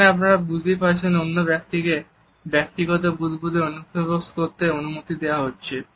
এখানে আপনারা বুঝতেই পারছেন অন্য ব্যক্তিকে ব্যক্তিগত বুদবুদে অনুপ্রবেশ করতে অনুমতি দেওয়া হচ্ছে